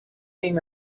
being